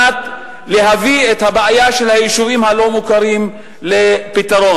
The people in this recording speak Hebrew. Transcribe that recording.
להביא את הבעיה של היישובים הלא-מוכרים לפתרון.